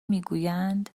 میگویند